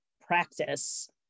practice